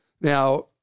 Now